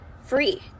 free